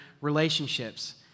relationships